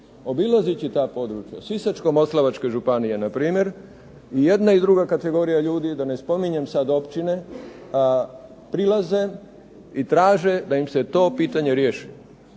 Obilazeći ta područja, Sisačko-moslavačka županija na primjer, i jedna i druga kategorija ljudi, da ne spominjem sad općine, prilaze i traže da im se to pitanje riješi.